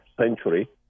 century